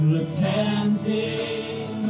Repenting